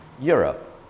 Europe